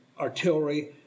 artillery